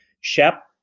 Shep